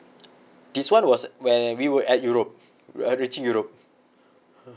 this [one] was when we were at europe we are reaching europe